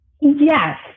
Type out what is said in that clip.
Yes